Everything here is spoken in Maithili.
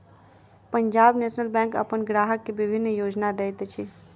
पंजाब नेशनल बैंक अपन ग्राहक के विभिन्न योजना दैत अछि